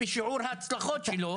על מנת שזה ייכנס בשיעור ההצלחות שלו.